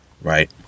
right